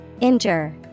Injure